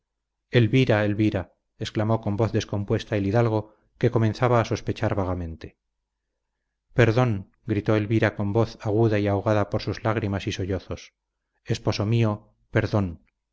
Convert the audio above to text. elvira elvira exclamó con voz descompuesta el hidalgo que comenzaba a sospechar vagamente perdón gritó elvira con voz aguda y ahogada por sus lágrimas y sollozos esposo mío perdón